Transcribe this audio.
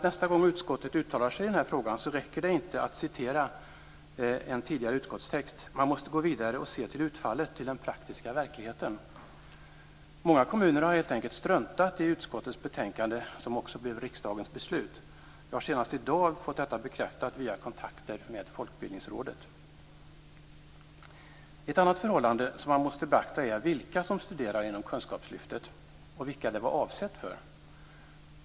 Nästa gång utskottet uttalar sig i frågan räcker det inte att citera en tidigare utskottstext, utan man måste gå vidare och se till utfallet, till den praktiska verkligheten. Många kommuner har helt enkelt struntat i utskottsmajoritetens skrivning i betänkandet, som också blev riksdagens beslut. Jag har senast i dag fått detta bekräftat via kontakter med Folkbildningsrådet. Ett annat förhållande som måste beaktas är vilka som studerar inom kunskapslyftet och vilka det var avsett för.